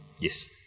Yes